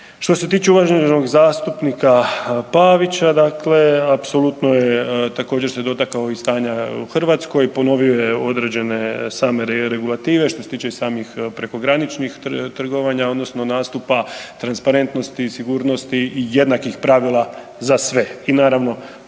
Što se tiče uvaženog zastupnika Pavića, dakle apsolutno je također se dotakao i stanja u Hrvatskoj, ponovio je određene same regulative, što se tiče i samih prekograničnih trgovanja odnosno nastupa transparentnosti i sigurnosti jednakih pravila za sve. I naravno